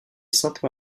sainte